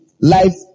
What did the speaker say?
life